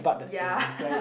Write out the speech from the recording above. ya